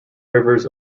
rivers